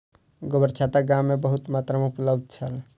गोबरछत्ता गाम में बहुत मात्रा में उपलब्ध छल